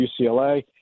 UCLA